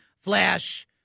Flash